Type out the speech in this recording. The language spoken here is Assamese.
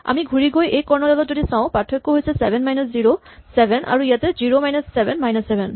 আমি ঘূৰি গৈ এই কৰ্ণডালত যদি চাওঁ পাৰ্থক্য হৈছে চেভেন মাইনাচ জিৰ' চেভেন আৰু ইয়াত zero minus seven minus seven